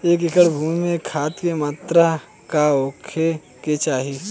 एक एकड़ भूमि में खाद के का मात्रा का होखे के चाही?